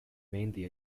mainly